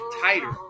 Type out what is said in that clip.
tighter